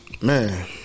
Man